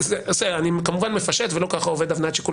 אני כמובן מפשט ולא כך עובד הבניית שיקול